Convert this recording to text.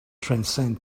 transcend